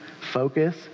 focus